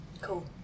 Cool